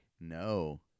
No